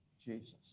Jesus